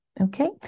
Okay